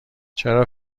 چرا